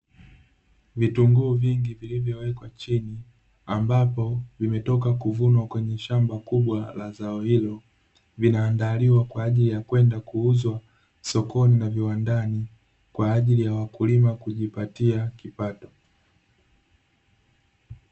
Vitunguu vingi vilivyowekwa chini ambapo vimetokwa kuvunwa kwenye shamba kubwa la zao hilo, vinaandaliwa kwa ajili ya kwenda kuuzwa sokoni na viwandani kwa ajili ya wakulima kujipatia kipato.